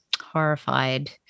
horrified